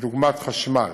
כדוגמת חשמל.